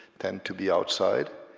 than to be outside.